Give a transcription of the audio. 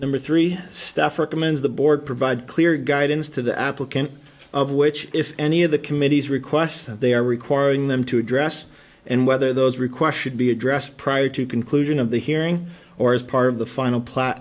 number three staffer commands the board provide clear guidance to the applicant of which if any of the committee's requests that they are requiring them to address and whether those requests should be addressed prior to conclusion of the hearing or as part of the final pl